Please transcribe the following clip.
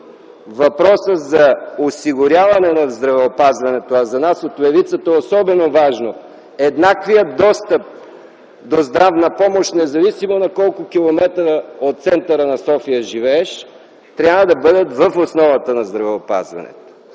Въпросът за осигуряване на здравеопазването, а за нас от левицата е особено важно еднаквият достъп до здравна помощ, независимо на колко километра от центъра на София живееш, трябва да бъдат в основата на здравеопазването.